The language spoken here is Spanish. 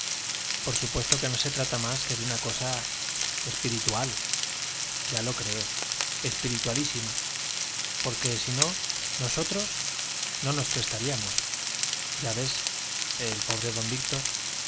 por supuesto que no se trata más que de una cosa espiritual ya lo creo espiritualísima porque sino nosotros no nos prestaríamos ya ves el pobre don víctor